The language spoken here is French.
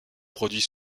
produit